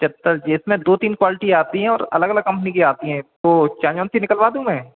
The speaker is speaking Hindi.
सर इसमें दो तीन क्वालटी आती हैं और अलग अलग कंपनी की आती हैं तो से सी निकलवा दूँ मैं